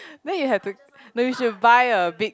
then you have no you should but a big